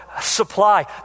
supply